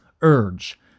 urge